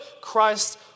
Christ